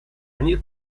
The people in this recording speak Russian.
они